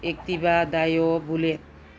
Activa dio bullet